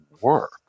work